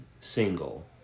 single